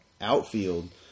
outfield